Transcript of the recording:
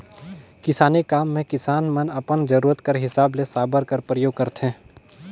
किसानी काम मे किसान मन अपन जरूरत कर हिसाब ले साबर कर परियोग करथे